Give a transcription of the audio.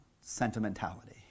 sentimentality